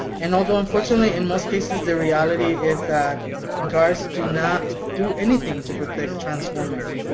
and although unfortunately in most cases the reality is that guards do not do anything to protect trans women.